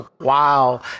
Wow